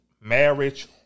marriage